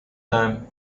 time